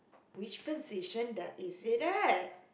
which position that is it at